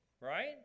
Right